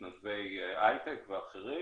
מתנדבי היי-טק ואחרים,